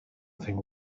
think